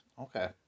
Okay